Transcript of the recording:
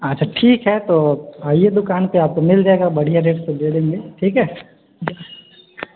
अच्छा ठीक है तो आइए दोकानपर आपको मिल जाएगा बढ़िआँ रेटपर दे देंगे ठीक है